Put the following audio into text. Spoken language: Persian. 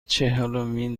چهلمین